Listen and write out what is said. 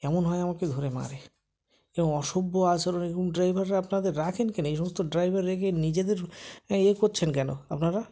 এমন হয় আমাকে ধরে মারে অসভ্য আচরণ এরকম ড্রাইভাররা আপনাদের রাখেন কেন এই সমস্ত ড্রাইভার রেখে নিজেদের এ করছেন কেন আপনারা